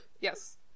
Yes